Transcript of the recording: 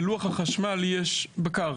בלוח החשמל יש בקר